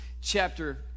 Chapter